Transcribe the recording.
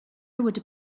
would